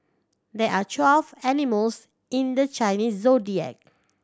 there are twelve animals in the Chinese Zodiac